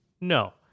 No